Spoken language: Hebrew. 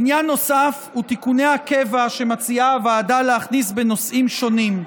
עניין נוסף הוא תיקוני הקבע שמציעה הוועדה להכניס בנושאים שונים.